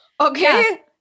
Okay